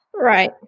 Right